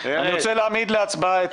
אני רוצה להעמיד להצבעה.